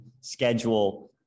schedule